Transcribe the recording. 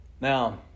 Now